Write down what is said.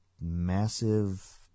massive